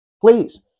please